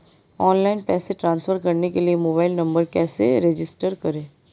Online पैसे transfer करने के लिए मोबाइल नंबर कैसे रजिस्टर करें?